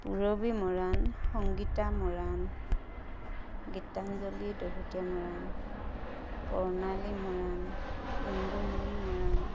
Purabi Moran Sangita Moran Gitanjali Dahotia Moran Pranali Moran Indumoni Moran